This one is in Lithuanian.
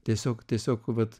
tiesiog tiesiog vat